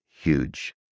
huge